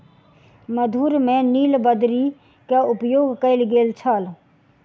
मधुर में नीलबदरी के उपयोग कयल गेल छल